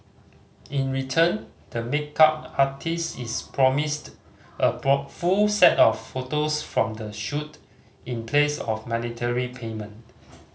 in return the makeup artist is promised a full set of photos from the shoot in place of monetary payment